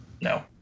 no